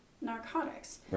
narcotics